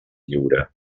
lliure